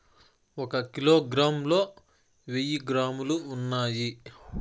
ఒక కిలోగ్రామ్ లో వెయ్యి గ్రాములు ఉన్నాయి